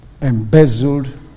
embezzled